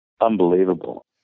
unbelievable